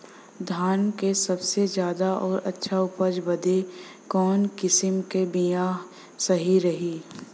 धान क सबसे ज्यादा और अच्छा उपज बदे कवन किसीम क बिया सही रही?